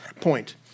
point